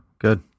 Good